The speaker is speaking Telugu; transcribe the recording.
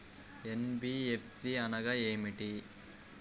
ఎన్.బీ.ఎఫ్.సి అనగా ఏమిటీ?